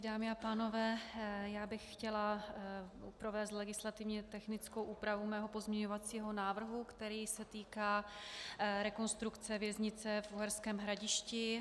Dámy a pánové, chtěla bych provést legislativně technickou úpravu svého pozměňovacího návrhu, který se týká rekonstrukce věznice v Uherském Hradišti.